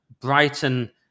Brighton